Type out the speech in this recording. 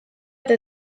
eta